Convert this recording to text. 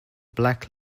black